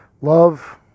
Love